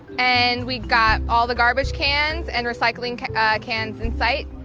and we got all the garbage cans, and recycling cans in sight.